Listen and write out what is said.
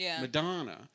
Madonna